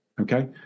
okay